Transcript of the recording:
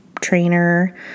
trainer